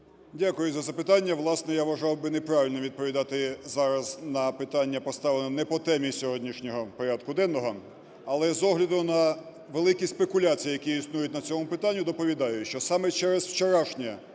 Дякую за запитання. Власне, я вважав, би неправильним відповідати зараз на питання поставлене не по темі сьогоднішнього порядку денного. Але з огляду на великі спекуляції, які існують на цьому питанні, доповідаю, що саме через вчорашнє